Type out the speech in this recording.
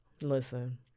listen